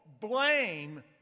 blame